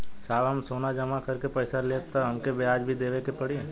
साहब हम सोना जमा करके पैसा लेब त हमके ब्याज भी देवे के पड़ी?